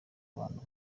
bantu